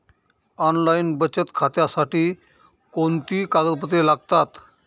Online बचत खात्यासाठी कोणती कागदपत्रे लागतात?